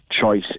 choice